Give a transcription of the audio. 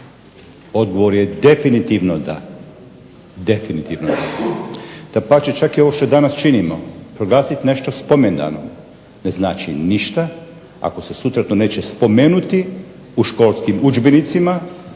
Odgovor je definitivno da. Definitivno da. Dapače čak i ovo što danas činimo, proglasiti nešto spomendanom ne znači ništa, ako se sutra to neće spomenuti u školskim udžbenicima,